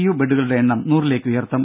U ബെഡുകളുടെ എണ്ണം നൂറിലേക്കുയർത്തും